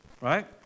Right